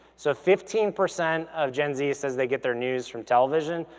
so fifteen percent of gen-z yeah says they get their news from television,